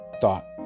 thought